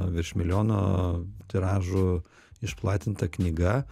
virš milijono tiražų išplatinta knyga